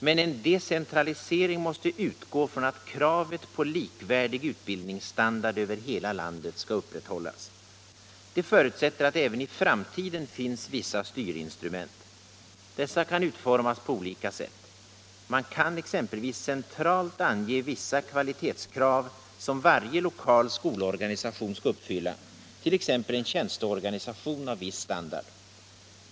Men en decentralisering måste utgå ifrån att kravet på likvärdig utbildningsstandard över hela landet skall upprätthållas. Det förutsätter att det även i framtiden finns vissa styrinstrument. Dessa kan utformas på olika sätt. Man kan exempelvis centralt ange vissa kvalitetskrav som varje lokal skolorganisation skall uppfylla, t.ex. en tjänsteorganisation av viss standard.